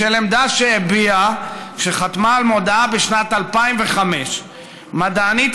בשל עמדה שהביעה כשחתמה על מודעה בשנת 2005. מדענית